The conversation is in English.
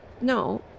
No